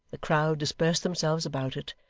the crowd dispersed themselves about it,